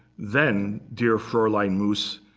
then, dear fraulein moos,